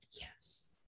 Yes